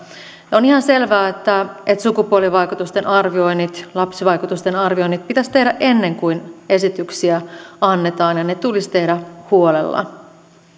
on ihan selvää että sukupuolivaikutusten arvioinnit lapsivaikutusten arvioinnit pitäisi tehdä ennen kuin esityksiä annetaan ja ne tulisi tehdä huolella